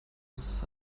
ist